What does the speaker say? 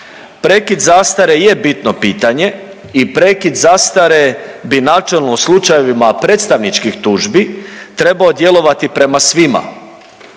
Prekid zastare je bitno pitanje i prekid zastare bi načelno u slučajevima predstavničkih tužbi trebao djelovati prema svima,